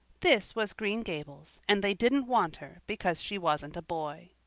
this was green gables and they didn't want her because she wasn't a boy!